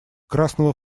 красного